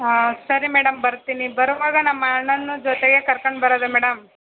ಹಾಂ ಸರಿ ಮೇಡಮ್ ಬರ್ತೀನಿ ಬರುವಾಗ ನಮ್ಮ ಅಣ್ಣನನ್ನು ಜೊತೆಗೇ ಕರ್ಕೊಂಡು ಬರೋದಾ ಮೇಡಮ್